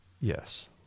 Yes